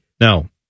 No